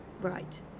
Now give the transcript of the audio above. Right